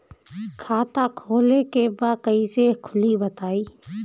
खाता खोले के बा कईसे खुली बताई?